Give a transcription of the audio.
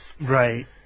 right